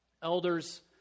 Elders